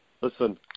listen